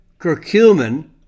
curcumin